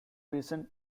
recent